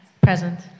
Present